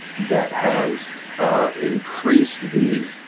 that has increased the